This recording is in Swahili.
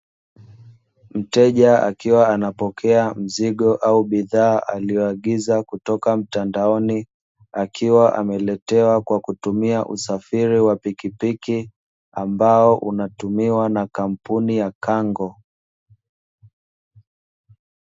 Mteja akiwa anapokea mzigo au bidhaa aliyoagiza kutoka mtandaoni, akiwa ameletewa kwa kutumia usafiri wa pikipiki, ambao unatumiwa na kampuni ya Kango